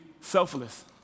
selfless